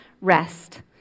rest